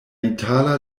itala